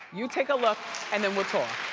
you take a look and then we'll talk.